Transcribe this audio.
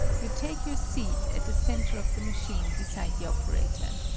you take your seat at the center of the machine beside the operator.